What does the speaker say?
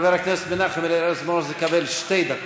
חבר הכנסת מנחם אליעזר מוזס יקבל שתי דקות.